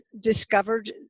discovered